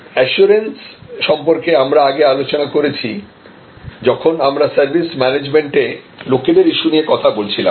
assurance সম্পর্কে আমরা আগে আলোচনা করেছি যখন আমরা সার্ভিস ম্যানেজমেন্টে লোকেদের ইস্যু নিয়ে কথা বলেছিলাম